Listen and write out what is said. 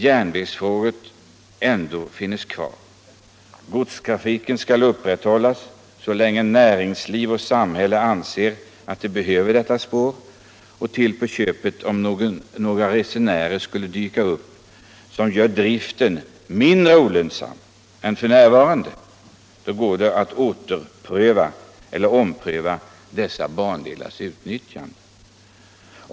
— av icke lönsamma Godstrafiken skall upprätthållas så länge näringsliv och samhälle anser = järnvägslinjer att den behövs. Om några resenärer skulle dyka upp som gör driften — m.m. mindre olönsam än f. n., går det att ompröva beslutet om dessa bandelars utnyttjande.